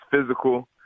physical